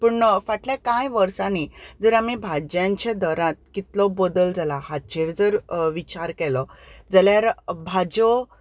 पूण फाटल्या कांय वर्सांनी जर आमी भाज्यांच्या दरांत कितलो बदल जाला हाचेर जर विचार केलो जाल्यार भाज्यो